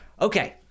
Okay